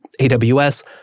AWS